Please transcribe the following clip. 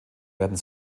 werden